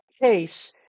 case